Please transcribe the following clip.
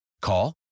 Call